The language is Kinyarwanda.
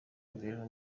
imibereho